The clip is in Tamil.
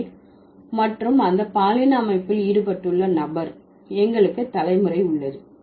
இங்கே மற்றும் அந்த பாலின அமைப்பில் ஈடுபட்டுள்ள நபர் எங்களுக்கு தலைமுறை உள்ளது